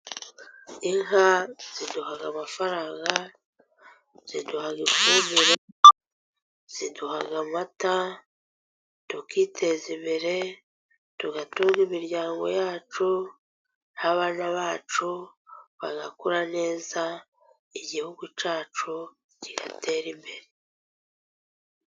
Inka ziduha amafaranga, ziduha ifumbire, ziduha amata tukiteza imbere, tugatunga imiryango yacu n'abana bacu bagakura neza, igihugu cyacu kigatera imbere.